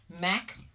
MAC